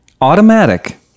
automatic